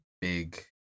big